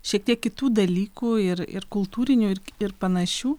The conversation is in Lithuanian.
šiek tiek kitų dalykų ir ir kultūrinių ir ir panašių